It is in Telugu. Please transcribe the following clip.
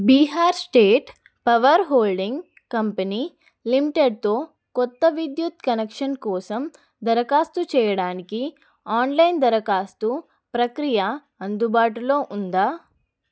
Bihar state power holding company లిమిటెడ్తో కొత్త విద్యుత్ కనెక్షన్ కోసం దరఖాస్తు చేయడానికి ఆన్లైన్ దరఖాస్తు ప్రక్రియ అందుబాటులో ఉందా